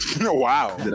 wow